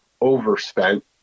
overspent